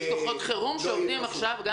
יש כוחות חירום שעובדים גם עכשיו.